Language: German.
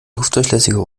luftdurchlässiger